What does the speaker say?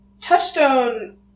Touchstone